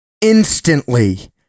instantly